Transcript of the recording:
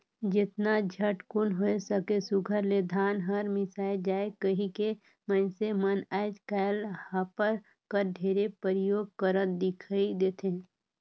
जेतना झटकुन होए सके सुग्घर ले धान हर मिसाए जाए कहिके मइनसे मन आएज काएल हापर कर ढेरे परियोग करत दिखई देथे